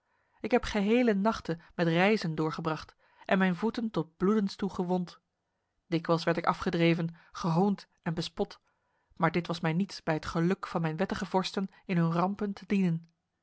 ik heb gehele nachten met reizen doorgebracht en mijn voeten tot bloedens toe gewond dikwijls werd ik afgedreven gehoond en bespot maar dit was mij niets bij het geluk van mijn wettige vorsten in hun rampen te dienen